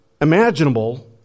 imaginable